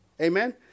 Amen